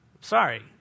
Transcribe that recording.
sorry